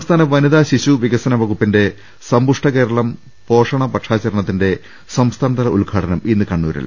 സംസ്ഥാന വനിതാ ശിശു വികസന വകുപ്പിന്റെ സമ്പുഷ്ടകേരളം പോഷണ പക്ഷാചരണത്തിന്റെ സംസ്ഥാനതല ഉദ്ഘാടനം ഇന്ന് കണ്ണൂ രിൽ